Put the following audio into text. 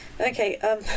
Okay